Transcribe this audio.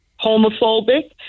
homophobic